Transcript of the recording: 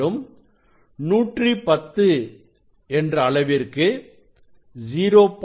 மேலும் 110 என்ற அளவிற்கு 0